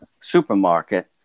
supermarket